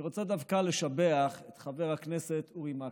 אני רוצה דווקא לשבח את חבר הכנסת אורי מקלב,